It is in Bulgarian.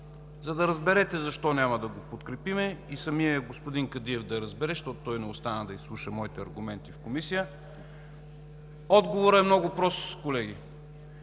За да разберете защо няма да го подкрепим, а и самият господин Кадиев да разбере, защото той не остана да изслуша моите аргументи в Комисията, отговорът е много прост, колеги.